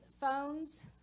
phones